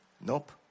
Nope